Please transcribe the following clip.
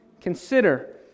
consider